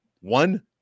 one